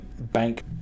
bank